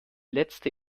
letzte